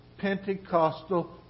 Pentecostal